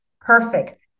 perfect